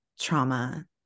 trauma